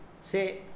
Say